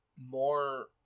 More